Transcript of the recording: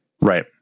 Right